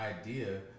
idea